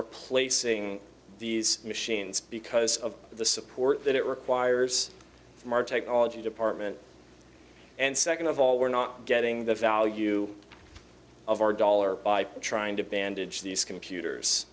replacing these machines because of the support that it requires from our technology department and second of all we're not getting the value of our dollar by trying to bandage these computers